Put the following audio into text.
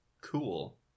cool